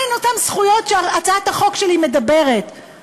מה הן אותן זכויות שהצעת החוק שלי מדברת עליהן?